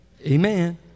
Amen